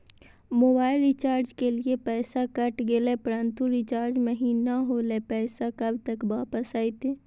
Mobile recharge के लिए पैसा कट गेलैय परंतु रिचार्ज महिना होलैय, पैसा कब तक वापस आयते?